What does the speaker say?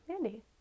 Mandy